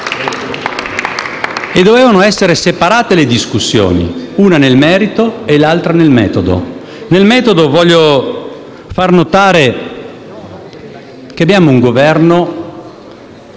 Dovevano essere separate le discussioni: una nel merito e l'altra sul metodo. Sul metodo, voglio far notare che abbiamo un Governo